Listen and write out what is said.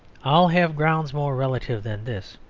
i'll have grounds more relative than this.